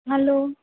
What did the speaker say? hello